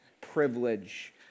privilege